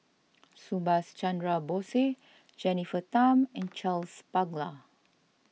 Subhas Chandra Bose Jennifer Tham and Charles Paglar